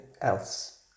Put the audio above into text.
else